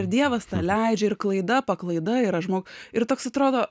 ir dievas leidžia ir klaida paklaida yra žmogus ir toks atrodo